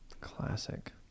Classic